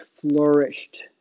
flourished